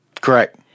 Correct